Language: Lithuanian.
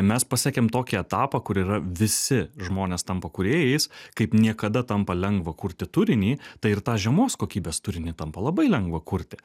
mes pasiekėm tokį etapą kur yra visi žmonės tampa kūrėjais kaip niekada tampa lengva kurti turinį tai ir tą žemos kokybės turinį tampa labai lengva kurti